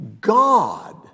God